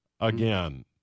again